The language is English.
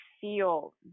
feel